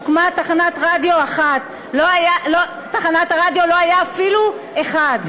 בתחנת הרדיו לא היה אפילו אחד.